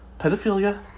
Pedophilia